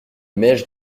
mèches